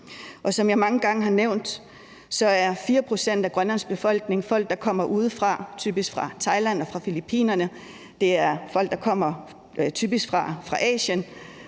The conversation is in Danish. Som jeg mange gange har nævnt, er 4 pct. af Grønlands befolkning folk, der kommer udefra, typisk fra Thailand og Filippinerne; det er folk, der typisk kommer fra Asien.